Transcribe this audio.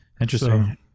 interesting